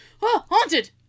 Haunted